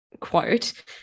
quote